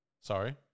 Sorry